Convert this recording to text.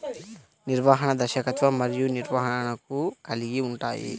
నిర్వహణ, దర్శకత్వం మరియు నిర్వహణను కలిగి ఉంటాయి